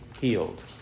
healed